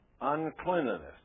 uncleanliness